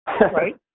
Right